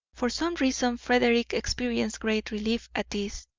for some reason frederick experienced great relief at this,